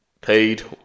paid